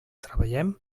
treballem